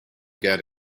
get